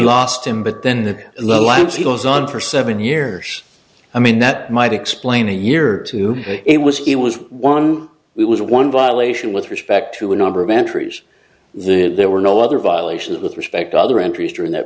last him but then the labs he was on for seven years i mean that might explain a year or two it was it was one it was one violation with respect to a number of entries the there were no other violations with respect other entries during that